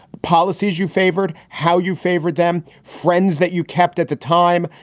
policies you favored how you. favorite them. friends that you kept at the time.